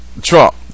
Trump